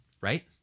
right